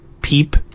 peep